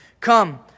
Come